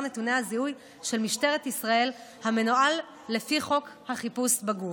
נתוני הזיהוי של משטרת ישראל המנוהל לפי חוק החיפוש בגוף.